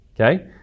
okay